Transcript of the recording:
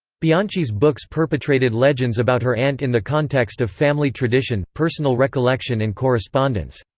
bianchi's books perpetrated legends about her aunt in the context of family tradition, personal recollection and correspondence.